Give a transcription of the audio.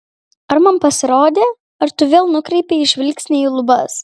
ar man pasirodė ar tu vėl nukreipei žvilgsnį į lubas